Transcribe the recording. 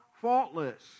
faultless